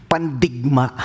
Pandigma